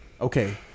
okay